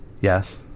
Yes